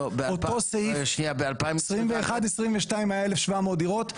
אותו סעיף ב-2021-2022 היו 1,700 דירות,